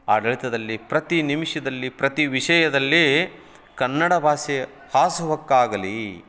ಆಡಳಿತದಲ್ಲಿ ಪ್ರತಿ ನಿಮಿಷದಲ್ಲಿ ಪ್ರತಿ ವಿಷಯದಲ್ಲಿ ಕನ್ನಡ ಭಾಷೆ ಹಾಸುಹೊಕ್ಕಾಗಲಿ